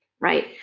right